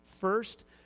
first